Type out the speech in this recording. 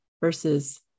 versus